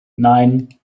nein